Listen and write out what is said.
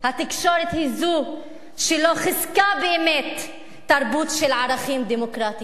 התקשורת היא שלא חיזקה באמת תרבות של ערכים דמוקרטיים.